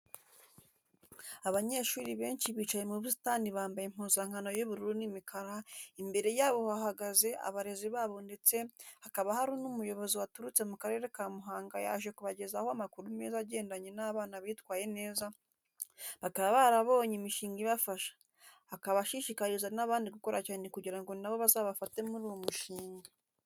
Abanyeshuri benshi bicaye mu busitani bambaye impuzankano y'ubururu n'imikara, imbere yabo hahagaze abarezi babo ndetse hakaba hari n'umuyobozi waturutse mu Karere ka Muhanga yaje kubagezaho amakuru meza agendanye n'abana bitwaye neza bakaba barabonye imishinga ibafasha, akaba ashishikariza n'abandi gukora cyane kugira ngo na bo bazabafate muri uwo mushinga.